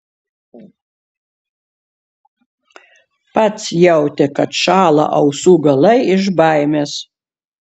pats jautė kad šąla ausų galai iš baimės